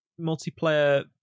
multiplayer